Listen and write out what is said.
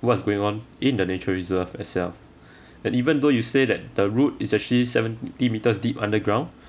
what's going on in the nature reserve itself and even though you say that the route is actually seventy metres deep underground